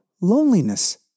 loneliness